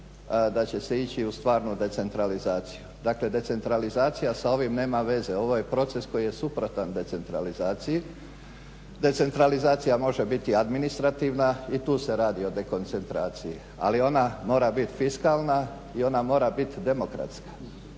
da će se ići u stvarnu decentralizaciju. Dakle decentralizacija sa ovim nema veze, ovo je proces koji je suprotan decentralizaciji. Decentralizacija može biti administrativna i tu se radi o dekoncentraciji ali ona mora bit fiskalna i ona mora bit demokratska